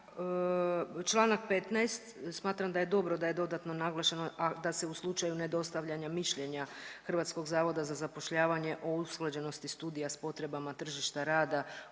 Čl. 15., smatram da je dobro da je dodatno naglašeno da se u slučaju nedostavljanja mišljenja HZZ-a o usklađenosti studija s potrebama tržišta rada